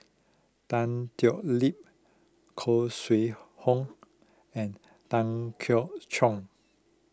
Tan Thoon Lip Khoo Sui Hoe and Tan Keong Choon